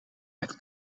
met